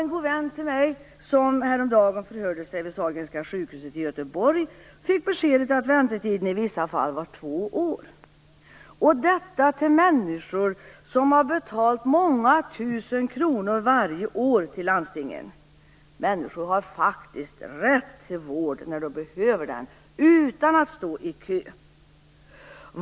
En god vän till mig, som häromdagen förhörde sig vid Sahlgrenska sjukhuset i Göteborg, fick beskedet att väntetiden i vissa fall var två år. Detta drabbar människor som betalt många tusen kronor varje år till landstingen! Människor har faktiskt rätt till vård när de behöver den - utan att stå i kö!